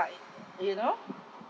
you know